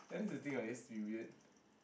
that is the thing it needs to be weird